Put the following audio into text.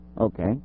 Okay